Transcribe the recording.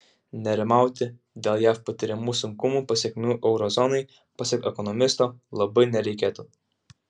nerimauti dėl jav patiriamų sunkumų pasekmių euro zonai pasak ekonomisto labai nereikėtų